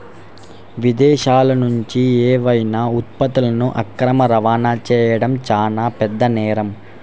విదేశాలనుంచి ఏవైనా ఉత్పత్తులను అక్రమ రవాణా చెయ్యడం చానా పెద్ద నేరం